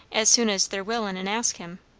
as soon as they're willin' and ask him.